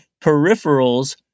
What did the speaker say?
peripherals